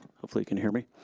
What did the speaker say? hopefully you can hear me.